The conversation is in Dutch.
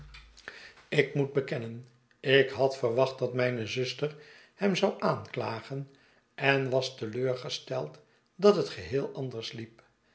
ik moet bekennen ik had verwacht dat mijne zuster hem zou aanklagen en was te leur gesteld dat het geheel anders liep